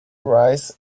rise